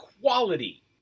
quality